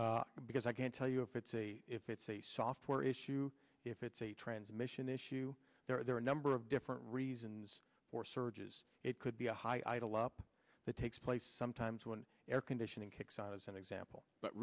certain because i can't tell you if it's a if it's a software issue if it's a transmission issue there are a number of different reasons for surges it could be a high idle up that takes place sometimes when air conditioning kicks on as an example but